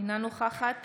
אינה נוכחת